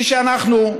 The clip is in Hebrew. אנחנו,